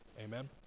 Amen